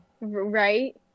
Right